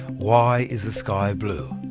why is the sky blue.